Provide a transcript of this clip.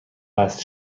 وصل